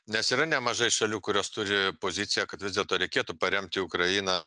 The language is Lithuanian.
nes yra nemažai šalių kurios turi poziciją kad vis dėlto reikėtų paremti ukrainą